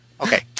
Okay